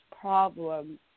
problem